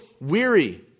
weary